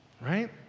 Right